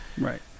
right